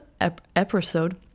episode